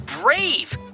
brave